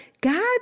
God